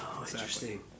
interesting